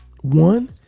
one